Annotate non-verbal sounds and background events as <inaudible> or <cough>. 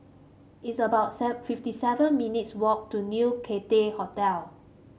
it's about <unintelligible> fifty seven minutes' walk to New Cathay Hotel